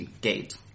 gate